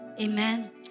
Amen